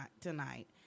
tonight